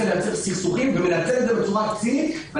לייצר סכסוכים ומנצל את זה בצורה צינית.